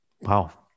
Wow